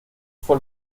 fue